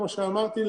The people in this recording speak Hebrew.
כמו שאמרתי,